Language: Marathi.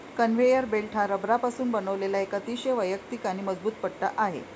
कन्व्हेयर बेल्ट हा रबरापासून बनवलेला एक अतिशय वैयक्तिक आणि मजबूत पट्टा आहे